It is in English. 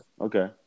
Okay